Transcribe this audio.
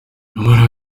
nyamara